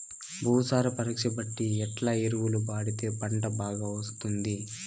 భూసార పరీక్ష బట్టి ఎట్లా ఎరువులు వాడితే పంట బాగా వస్తుంది?